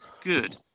Good